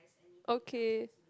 okay